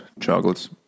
Chocolates